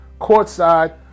courtside